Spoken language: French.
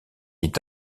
est